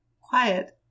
Quiet